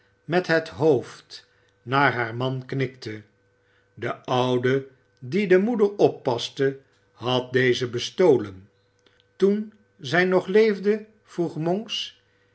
met het hoofd naar haar man knikte de oude die dt moeder oppaste had deze bestolen toen zij nog leefde vroeg monks